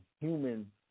human